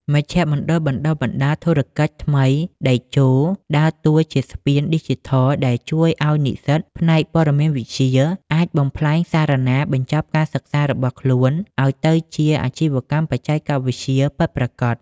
មជ្ឈមណ្ឌលបណ្ដុះធុរកិច្ចថ្មី "តេជោ" ដើរតួជាស្ពានឌីជីថលដែលជួយឱ្យនិស្សិតផ្នែកព័ត៌មានវិទ្យា អាចបំប្លែងសារណាបញ្ចប់ការសិក្សារបស់ខ្លួន ឱ្យទៅជាអាជីវកម្មបច្ចេកវិទ្យា ពិតប្រាកដ។